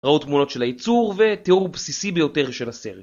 ראו תמונות של הייצור, ותיאור בסיסי ביותר של הסרט.